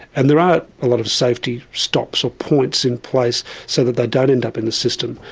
and there are a lot of safety stops or points in place so that they don't end up in the system.